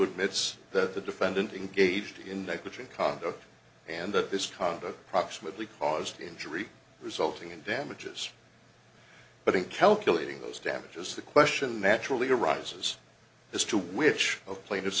admits that the defendant engaged in between condo and that this condo proximately caused injury resulting in damages but in calculating those damages the question naturally arises as to which of plaintiff